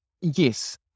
Yes